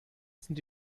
sind